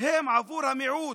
הן עבור המיעוט,